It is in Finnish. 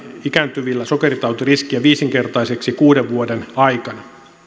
ikääntyvillä sokeritautiriskiä viisinkertaiseksi kuuden vuoden aikana